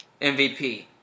MVP